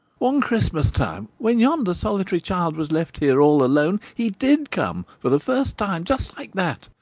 one christmas time, when yonder solitary child was left here all alone, he did come, for the first time, just like that.